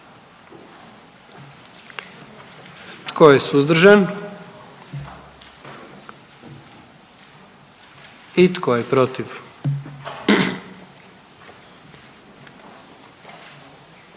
Tko je suzdržan? I tko je protiv?